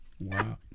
Wow